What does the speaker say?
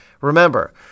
Remember